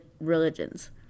religions